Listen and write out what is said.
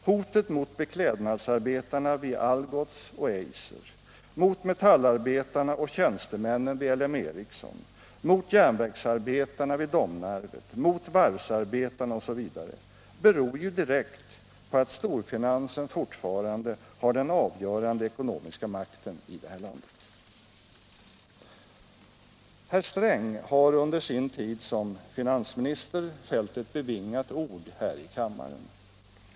Hotet mot beklädnadsarbetarna vid Algots och Eiser, mot metallarbetarna och tjänstemännen vid LM Ericsson, mot järnverksarbetarna vid Domnarvet, mot varvsarbetarna osv. beror ju direkt på att storfinansen har den avgörande ekonomiska makten i det här landet. Herr Sträng har under sin tid som finansminister fällt ett bevingat ord här i kammaren.